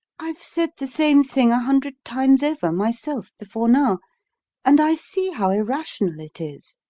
i've said the same thing a hundred times over myself before now and i see how irrational it is.